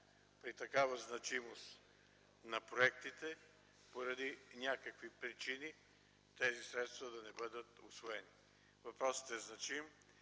при такава значимост на проектите поради някакви причини тези средства да не бъдат усвоени. Въпросът е значим.